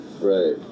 right